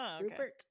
Rupert